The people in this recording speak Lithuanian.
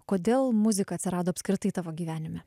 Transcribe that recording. kodėl muzika atsirado apskritai tavo gyvenime